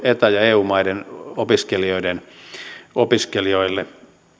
eta ja eu maiden opiskelijoille